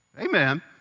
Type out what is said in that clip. Amen